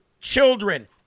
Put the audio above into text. children